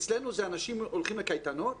אצלנו זה אנשים הולכים לקייטנות,